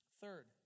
Third